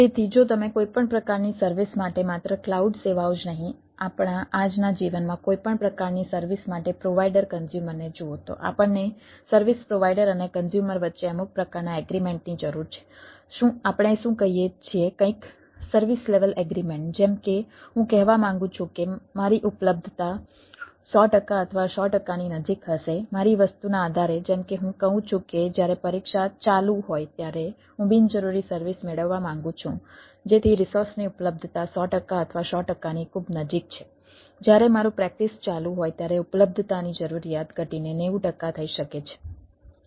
તેથી જો તમે કોઈપણ પ્રકારની સર્વિસ માટે માત્ર ક્લાઉડ સેવાઓ જ નહીં આપણા આજના જીવનમાં કોઈપણ પ્રકારની સર્વિસ માટે પ્રોવાઇડર ક્ન્ઝ્યુમરને જુઓ તો આપણને સર્વિસ પ્રોવાઇડર અને ક્ન્ઝ્યુમર વચ્ચે અમુક પ્રકારના એગ્રીમેન્ટ ચાલુ હોય ત્યારે ઉપલબ્ધતાની જરૂરિયાત ઘટીને 90 ટકા થઈ શકે છે